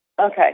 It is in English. Okay